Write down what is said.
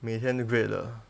每天 grade 的